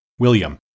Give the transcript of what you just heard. William